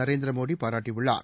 நரேந்திரமோடி பாராட்டியுள்ளார்